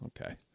Okay